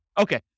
Okay